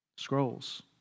Scrolls